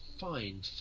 fine